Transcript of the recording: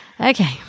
Okay